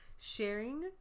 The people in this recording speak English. sharing